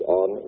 on